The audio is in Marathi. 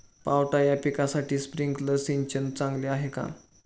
पावटा या पिकासाठी स्प्रिंकलर सिंचन चांगले आहे का?